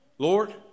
Lord